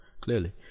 clearly